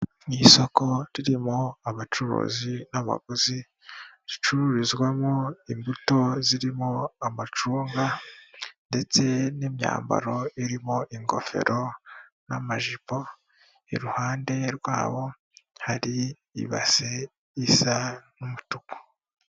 Ni isoko ririmo abacuruzi n'abaguzi, ricururizwamo imbuto zirimo amacunga ndetse n'imyambaro irimo ingofero n'amajipo, iruhande rwabo hari ibase isa n'umutuku.